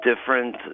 different